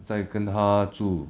在跟他住